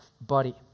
body